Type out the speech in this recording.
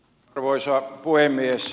arvoisa puhemies